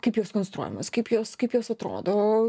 kaip jos konstruojamos kaip jos kaip jos atrodo